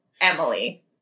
Emily